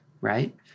right